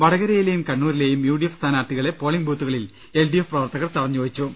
വടകരയിലെയും കണ്ണൂരിലെയും U D F സ്ഥാനാർത്ഥികളെ പോളിംഗ് ബൂത്തുകളിൽ എൽ ഡി എഫ് പ്രവർത്തകർ തടഞ്ഞു